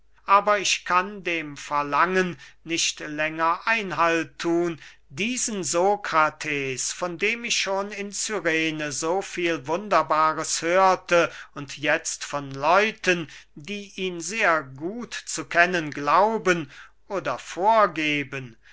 aber ich kann dem verlangen nicht länger einhalt thun diesen sokrates von dem ich schon in cyrene so viel wunderbares hörte und jetzt von leuten die ihn sehr gut zu kennen glauben oder vorgeben